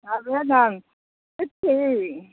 आबै दहन कि